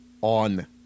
on